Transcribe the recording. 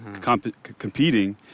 competing